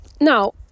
now